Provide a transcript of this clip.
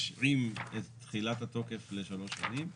משהים את תחילת התוקף לשלוש שנים.